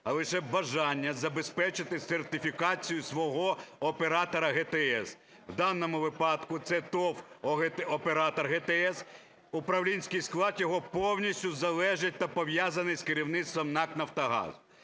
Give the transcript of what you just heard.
а лише бажання забезпечити сертифікацію свого "Оператора ГТС", в даному випадку це ТОВ "Оператор ГТС", управлінський склад його повністю залежить та пов'язаний з керівництвом НАК "Нафтогазу".